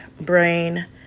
brain